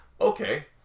Okay